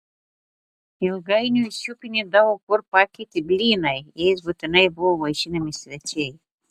ilgainiui šiupinį daug kur pakeitė blynai jais būtinai buvo vaišinami svečiai